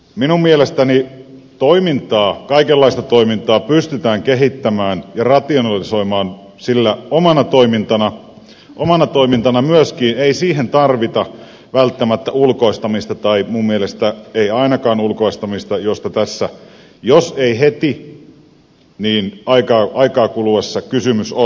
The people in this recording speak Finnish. minun mielestäni kaikenlaista toimintaa pystytään kehittämään ja rationalisoimaan sinä omana toimintana myöskin ei siihen tarvita välttämättä ulkoistamista tai minun mielestäni ei ainakaan ulkoistamista josta tässä jos ei heti niin ajan kuluessa kysymys on